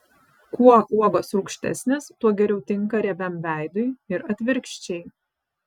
kuo uogos rūgštesnės tuo geriau tinka riebiam veidui ir atvirkščiai